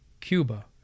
Cuba